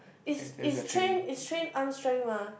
is is train is train arm strength mah